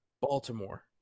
Baltimore